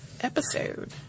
episode